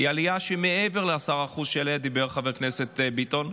היא עלייה מעבר ל-10% שעליה דיבר חבר כנסת ביטון.